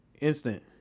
instant